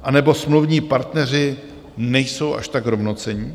Anebo smluvní partneři nejsou až tak rovnocenní?